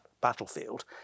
battlefield